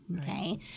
Okay